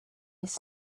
his